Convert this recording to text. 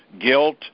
guilt